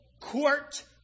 court